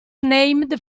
named